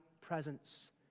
presence